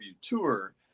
tour